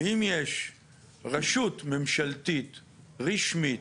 ואם יש רשות ממשלתית רשמית,